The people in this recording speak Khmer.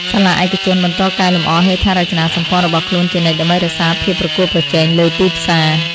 សាលាឯកជនបន្តកែលម្អហេដ្ឋារចនាសម្ព័ន្ធរបស់ខ្លួនជានិច្ចដើម្បីរក្សាភាពប្រកួតប្រជែងលើទីផ្សារ។